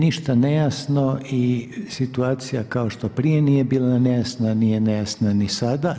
Nije ništa nejasno i situacija kao što prije nije bila nejasna, nije nejasna ni sada.